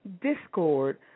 discord